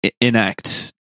enact